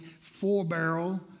four-barrel